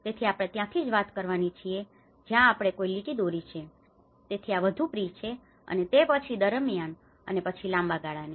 તેથી આપણે ત્યાંથી જ વાત કરીએ જ્યાં આપણે કોઈ લીટી દોરી છે તેથી આ વધુ પ્રિ છે અને તે પછી દરમિયાન અને પછી લાંબા ગાળાની